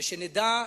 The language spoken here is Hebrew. ושנדע,